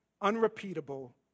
unrepeatable